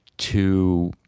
to,